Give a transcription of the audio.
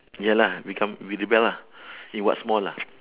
ya lah become we rebel lah in what small ah